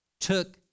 took